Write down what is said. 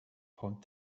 found